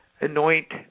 anoint